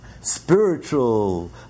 spiritual